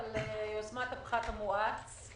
יוזמת הפחת המואץ.